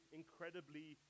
incredibly